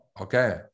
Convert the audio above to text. okay